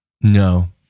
No